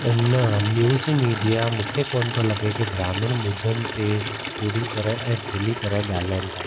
इन news media मूंखे कोन थो लॻे की ग्रामीण मुदनि ते पूरी तरह ऐं खुली तरह ॻाल्हाइनि था